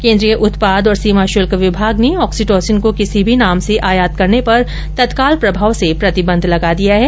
केन्द्रीय उत्पाद और सीमा शुल्क विभाग ने ऑक्सिटोसिन को किसी भी नाम से आयात करने पर तत्काल प्रभाव से प्रतिबंध लगा दिया है